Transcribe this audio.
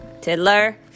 Tiddler